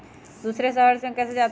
दूसरे शहर मे कैसे जाता?